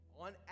On